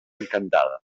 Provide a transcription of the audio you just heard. encantada